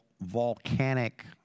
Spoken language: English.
volcanic